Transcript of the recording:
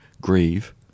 grieve